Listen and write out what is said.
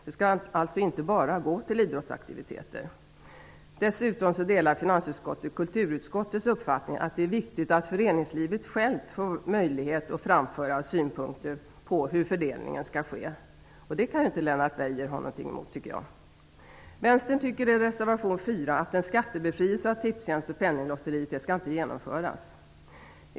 Det skall alltså inte bara gå till idrottsaktiviteter. Dessutom delar finansutskottet kulturutskottets uppfattning att det är viktigt att föreningslivet självt får möjlighet att framföra synpunkter på hur fördelning av medlen skall ske. Det kan ju Lennart Beijer inte ha något emot. Vänstern tycker i reservation nr 4 att en skattebefrielse för Tipstjänst och Penninglotteriet inte skall genomföras.